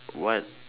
what